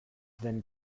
then